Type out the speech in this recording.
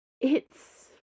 It's